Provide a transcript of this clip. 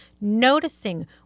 noticing